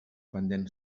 pendent